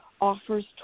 offers